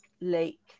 lake